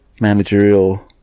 managerial